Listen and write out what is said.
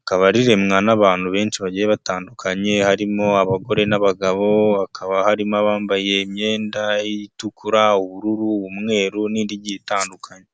rikaba riremwa n'abantu benshi bagiye batandukanye, harimo abagore n'abagabo, hakaba harimo abambaye imyenda itukura, ubururu, umweru n'indi igiye itandukanye.